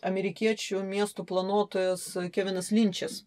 amerikiečių miestų planuotojas kevinas linčes